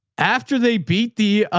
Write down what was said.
after they beat the,